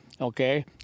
Okay